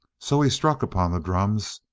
so he struck upon the drums,